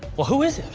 well who is it?